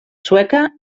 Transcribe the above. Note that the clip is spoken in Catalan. sueca